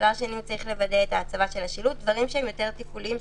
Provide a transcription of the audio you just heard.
את ההצבה של השילוט דברים שהם יותר תפעוליים,